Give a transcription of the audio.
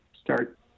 start